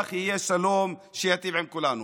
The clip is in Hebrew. וכך יהיה שלום שיטיב עם כולנו.